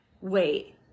wait